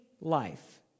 life